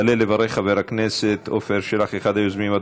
יעלה לברך חבר הכנסת עפר שלח, אחד היוזמים.